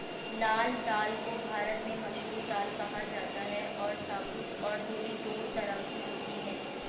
लाल दाल को भारत में मसूर दाल कहा जाता है और साबूत और धुली दो तरह की होती है